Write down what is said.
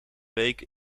week